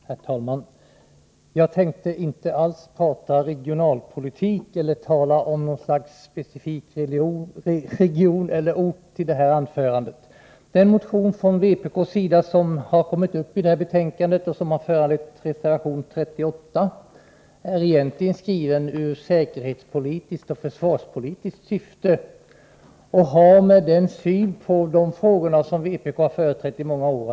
Herr talman! Jag tänkte inte alls prata regionalpolitik eller tala om någon specifik region eller ort i detta anförande. Den motion från vpk som har tagits upp i detta betänkande och som har föranlett reservation 38 är egentligen skriven i säkerhetspolitiskt och försvarspolitiskt syfte och har att göra med den syn på dessa frågor som vpk har företrätt i många år.